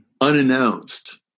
unannounced